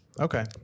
Okay